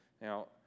now